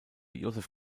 joseph